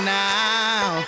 now